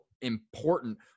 important